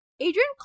Adrian